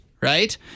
right